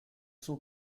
son